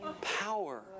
power